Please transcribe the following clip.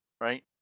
right